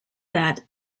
that